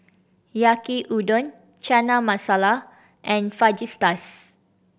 Yaki Udon Chana Masala and Fajitas